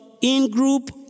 in-group